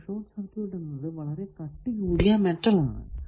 ഒരു short circuit എന്നത് വളരെ കട്ടി കൂടിയ മെറ്റൽ ആണ്